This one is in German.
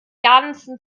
ganzen